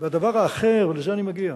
והדבר האחר, ולזה אני מגיע,